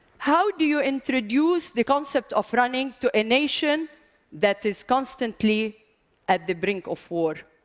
how do you introduce the concept of running to a nation that is constantly at the brink of war?